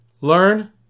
learn